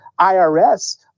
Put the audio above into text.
IRS